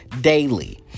daily